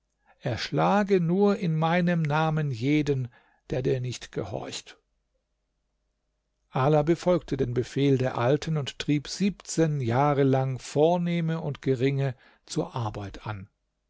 erschlage nur in meinem namen jeden der dir nicht gehorcht ala befolgte den befehl der alten und trieb siebenzehn jahre lang vornehme und geringe zur arbeit an